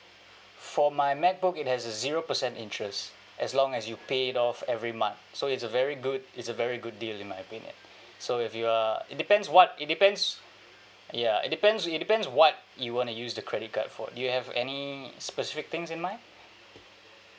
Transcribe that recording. for my MacBook it has a zero percent interest as long as you pay it off every month so it's a very good it's a very good deal in my opinion so if you are it depends what it depends ya it depends it depends what you want to use the credit card for you have any specific things in mind